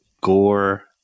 gore